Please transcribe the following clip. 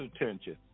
attention